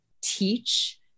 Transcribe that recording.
teach